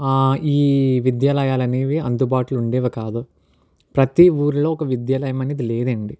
ఈ విద్యాలయాలు అనేవి అందుబాటులో ఉండేవి కాదు ప్రతీ ఊర్లో ఒక విద్యాలయం అనేది లేదండి